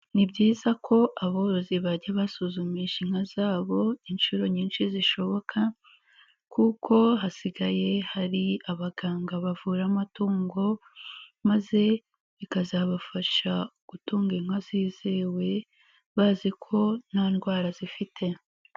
Ni byiza ko aborozi bajya basuzumisha inka zabo inshuro nyinshi zishoboka kuko hasigaye hari abaganga bavura amatungo, maze bikazabafasha gutunga inka zizewe bazi ko nta ndwara zifite.